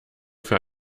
für